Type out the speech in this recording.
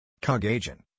CogAgent